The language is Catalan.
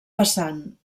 passant